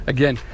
Again